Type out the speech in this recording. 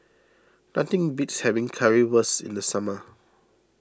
nothing beats having Currywurst in the summer